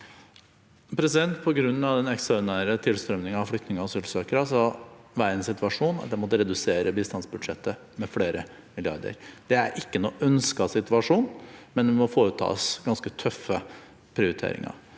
På grunn av den ekstraordinære tilstrømningen av flyktninger og asylsøkere var jeg i den situasjon at jeg måtte redusere bistandsbudsjettet med flere milliarder. Det er ikke noen ønsket situasjon, men det må foretas ganske tøffe prioriteringer.